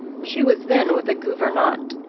she was then with a gouvernante,